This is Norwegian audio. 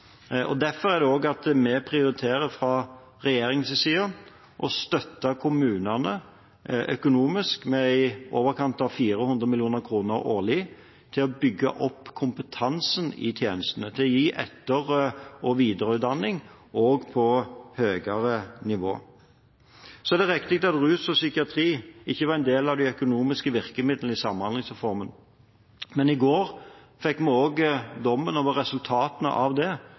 Derfor prioriterer vi fra regjeringens side også å støtte kommunene økonomisk med i overkant av 400 mill. kr årlig til å bygge opp kompetansen på tjenestene – til å gi etter- og videreutdanning også på høyere nivå. Så er det riktig at rus og psykiatri ikke var en del av de økonomiske virkemidlene i Samhandlingsreformen, men i går fikk vi også dommen over resultatene av det, nemlig at årsverkene innenfor rus og psykisk helse i kommunene gikk ned i det